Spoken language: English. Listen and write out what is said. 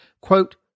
quote